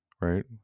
right